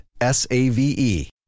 S-A-V-E